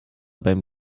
beim